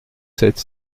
sept